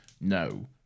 no